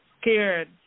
scared